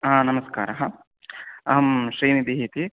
हा नमस्कारः अहं श्रीनिधिः इति